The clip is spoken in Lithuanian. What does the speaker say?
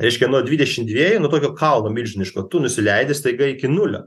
reiškia nuo dvidešim dviejų nuo tokioų kalno milžiniško tu nusileidi staiga iki nulio